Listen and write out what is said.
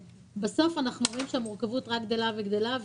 בסוף אנחנו רואים שהמורכבות רק גדלה וגדלה.